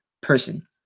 person